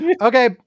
Okay